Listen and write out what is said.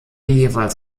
jeweils